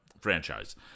franchise